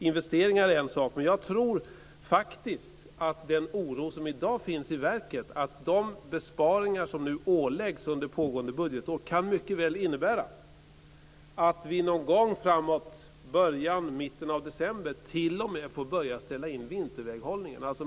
Investeringar är en sak, men jag tror att den oro som i dag finns i verket om att de besparingar som åläggs under pågående budgetår mycket väl kan innebära att man i mitten av december t.o.m. får ställa in vinterväghållningen.